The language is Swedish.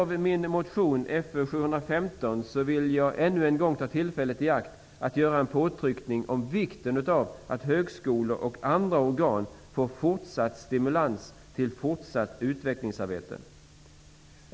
vill jag ännu en gång ta tillfället i akt och understryka vikten av att högskolor och andra organ får fortsatt stimulans till fortsatt utvecklingsarbete.